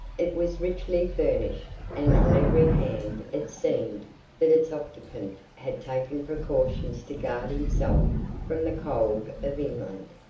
it was richly furnished, and on every hand it seemed that its occupant had taken precautions to guard himself from the cold of england,